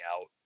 out